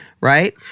right